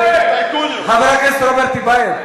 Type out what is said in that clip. חבר הכנסת רוברט טיבייב.